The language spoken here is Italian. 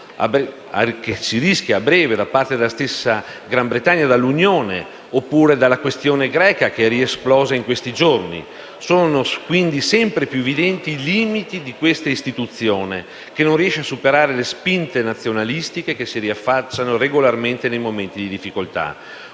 futura uscita - a breve - da parte della stessa Gran Bretagna dall'Unione oppure dalla questione greca che è riesplosa in questi giorni. Sono quindi sempre più evidenti i limiti di questa istituzione, che non riesce a superare le spinte nazionaliste che si riaffacciano regolarmente nei momenti di difficoltà.